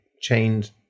chained